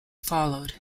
followed